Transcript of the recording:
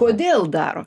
kodėl daro